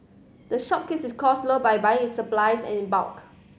the shop keeps its cost low by buying it supplies and in bulk